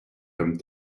comme